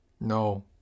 No